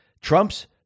Trump's